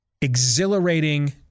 exhilarating